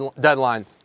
deadline